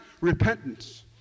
repentance